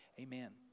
Amen